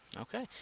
Okay